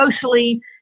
socially